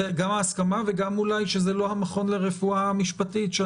וגם אולי שזה לא המכון לרפואה משפטית.